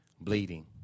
bleeding